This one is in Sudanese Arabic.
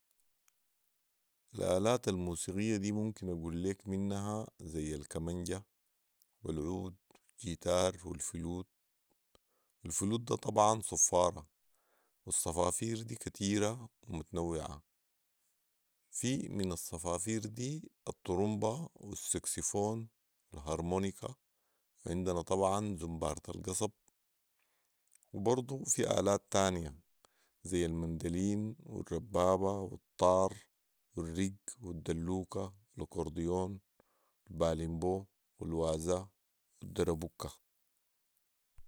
الآلات الموسيقية دي ممكن اقول ليك منها ذي الكمنجه و العود والجيتار والفلوت والفلوت ده طبعا صفارة والصفافير دي كتيره ومتنوعه في من الصفافير دي الطرمبه والساكسفون والهارمونيكا وعندنا طبعا زمبارة القصب وبرضو في آلات تانيه ذي المندلين والربابه و الطار و الرق والدلوكه والأكورديون والبالمبو والوازا والدربكه